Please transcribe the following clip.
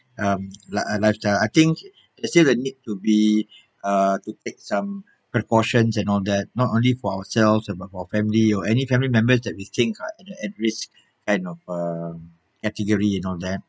um like uh lifestyle I think let's say we need to be uh to take some precautions and all that not only for ourselves and but for our family or any family members that we think are at risk kind of um category and all that